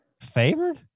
Favored